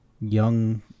young